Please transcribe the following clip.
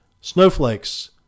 snowflakes